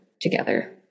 together